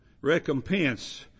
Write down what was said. Recompense